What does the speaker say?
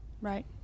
right